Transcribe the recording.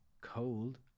cold